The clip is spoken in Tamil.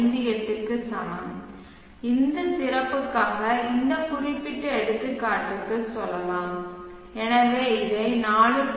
58 க்கு சமம் இந்த சிறப்புக்காக இந்த குறிப்பிட்ட எடுத்துக்காட்டுக்கு சொல்லலாம் எனவே இதை 4